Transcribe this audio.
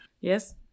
Yes